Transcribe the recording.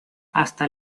hasta